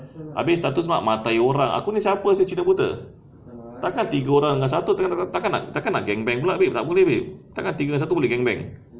abeh lepas satu matair orang aku ni siapa cinta buta takkan tiga orang dengan satu takkan nak takkan nak gang bang pula tak boleh babe takkan tiga dengan satu boleh gang bang